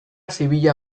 zibila